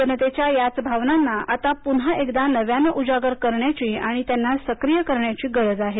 जनतेच्या याच भावनांना आता पुन्हा एकदा नव्यानं उजागर करण्याची आणि त्यांना सक्रीय करण्याची गरज आहे